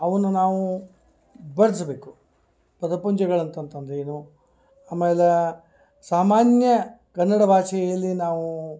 ಅವನ್ನು ನಾವೂ ಬಳಸ್ಬೇಕು ಪದಪುಂಜಗಳು ಅಂತ ಅಂತಂದ್ರೆ ಏನೋ ಆಮೇಲೆ ಸಾಮಾನ್ಯ ಕನ್ನಡ ಭಾಷೆಯಲ್ಲಿ ನಾವೂ